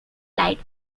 light